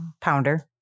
Pounder